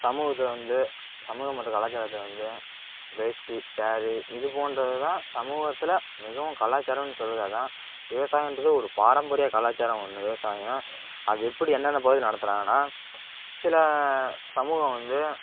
சமூகத்தில் வந்து வந்து சமூகம் மற்றும் கலாச்சாரத்தில் வந்து வேஷ்ட்டி ஸாரீ இது போன்றது தான் சமூகத்தில் மிகவும் கலாச்சாரம்ன்னு சொல்வது அது தான் விவசாயகிறது ஒரு பாரம்பரிய கலாச்சாரம் ஒன்று விவசாயம் அது எப்படி என்னென்ன பகுதியில் நடத்துகிறாங்கன்னா சில சமூகம் வந்து